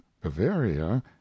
bavaria